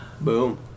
Boom